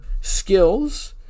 Skills